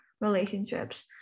relationships